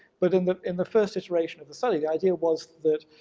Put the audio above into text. but in the in the first iteration of the study, the idea was that